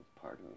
Pardon